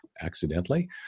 accidentally